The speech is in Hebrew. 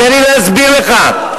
תן לי להסביר לך.